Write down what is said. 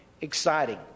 exciting